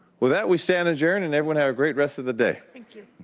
with that we stand adjourned and everyone have a great rest of the day.